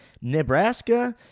Nebraska